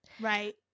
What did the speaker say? Right